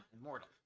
immortal